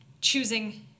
choosing